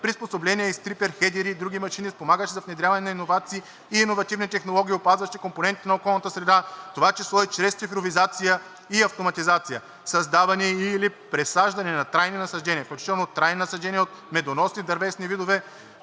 приспособления и стрипер хедери и други машини, спомагащи за внедряване на иновации и иновативни технологии, опазващи компонентите на околната среда, в това число и чрез цифровизация и автоматизация. 1.4. Създаване и/или презасаждане на трайни насаждения, включително трайни насаждения от медоносни дървесни видове